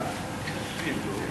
בעד, 10, אין